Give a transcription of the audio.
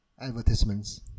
advertisements